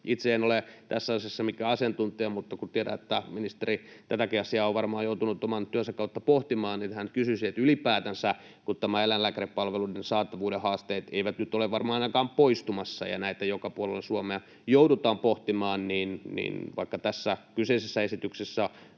Itse en ole tässä asiassa mikään asiantuntija, mutta kun tiedän, että ministeri tätäkin asiaa on varmaan joutunut oman työnsä kautta pohtimaan, niin ihan kysyisin, että ylipäätänsä, kun nämä eläinlääkäripalveluiden saatavuuden haasteet eivät nyt ole varmaan ainakaan poistumassa ja näitä joka puolella Suomea joudutaan pohtimaan, niin — vaikka tässä kyseisessä esityksessä